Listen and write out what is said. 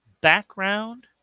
background